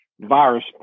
virus